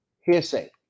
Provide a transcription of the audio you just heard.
hearsay